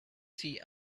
see